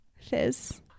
fizz